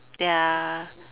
there are